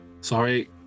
sorry